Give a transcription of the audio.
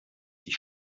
sie